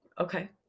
Okay